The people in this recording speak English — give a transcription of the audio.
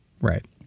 Right